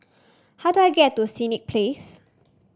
how do I get to Senett Place